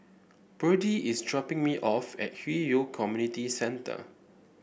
Birdie is dropping me off at Hwi Yoh Community Centre